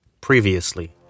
Previously